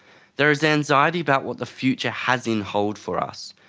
there is anxiety about what the future has in hold for us.